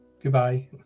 Goodbye